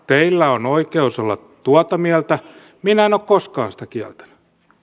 teillä on oikeus olla tuota mieltä minä en ole koskaan sitä kieltänyt